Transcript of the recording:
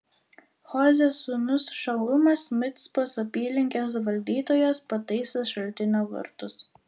hozės sūnus šalumas micpos apylinkės valdytojas pataisė šaltinio vartus